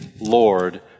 Lord